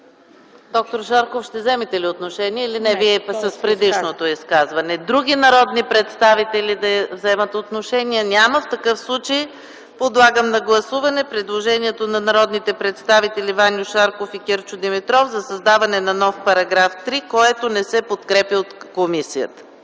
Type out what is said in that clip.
Доктор Шарков, ще вземете ли отношение или не? Вие направихте общо изказване. Има ли други народни представители, които искат да вземат отношение? Няма. В такъв случай подлагам на гласуване предложението на народните представители Ваньо Шарков и Кирчо Димитров за създаване на нов § 3, който не се подкрепя от комисията.